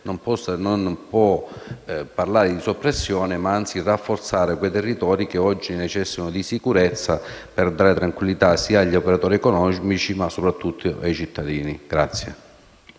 si può parlare di soppressione, anzi bisogna rafforzare quei territori che necessitano di sicurezza per dare tranquillità agli operatori economici e soprattutto, ai cittadini.